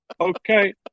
Okay